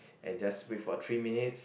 and just wait for three minutes